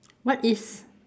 what is